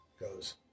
goes